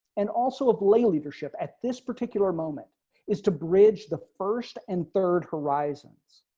and also of leadership at this particular moment is to bridge the first and third horizons.